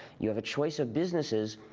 you have a choice of businesses.